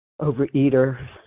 overeater